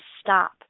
stop